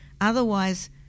otherwise